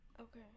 Okay